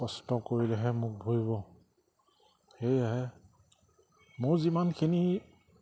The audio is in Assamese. কষ্ট কৰিলেহে মুখ ভৰিব সেয়েহে মোৰ যিমানখিনি